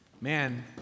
Man